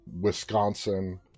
Wisconsin